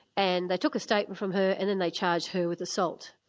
and they took a statement from her and then they charged her with assault.